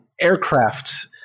aircraft